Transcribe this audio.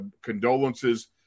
condolences